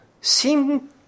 seem